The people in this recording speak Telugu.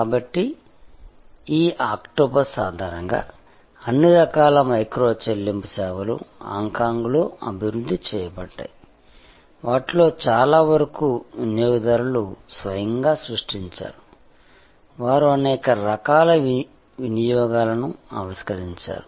కాబట్టి ఈ ఆక్టోపస్ ఆధారంగా అన్ని రకాల మైక్రో చెల్లింపు సేవలు హాంకాంగ్లో అభివృద్ధి చేయబడ్డాయి వాటిలో చాలావరకు వినియోగదారులు స్వయంగా సృష్టించారు వారు అనేక రకాల వినియోగాలను ఆవిష్కరించారు